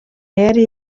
yari